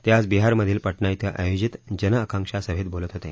ते आज बिहारमधील पटना ॐ आयोजित जन आकांक्षा सभेत बोलत होते